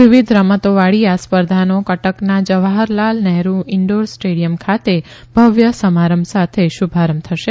વિવિધ રમતોવાળી આ સ્પર્ધાનો કટકના જવાહરલાલ નહેરૂ ઇન્ડોર સ્ટેડિથમ ખાતે ભવ્ય સમારંભ સાથે શુભારંભ થશે